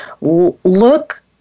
look